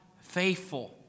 faithful